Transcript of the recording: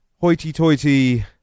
hoity-toity